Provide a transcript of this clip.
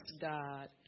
God